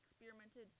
experimented